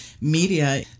media